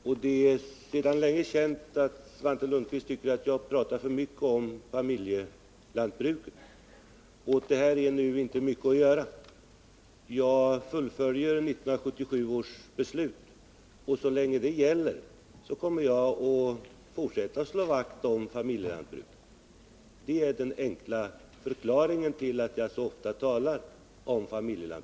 Likaså är det känt att han tycker att jag pratar för mycket om familjelantbruket. Åt detta är nu inte mycket att göra. Jag fullföljer 1977 års beslut, och så länge det gäller kommer jag att fortsätta att slå vakt om familjelantbruket. Det är den enkla förklaringen till att jag så ofta talar om det.